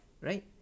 right